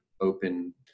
open